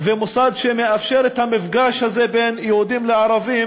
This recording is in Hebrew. ומוסד שמאפשר את המפגש הזה בין יהודים לערבים,